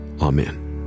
amen